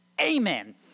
Amen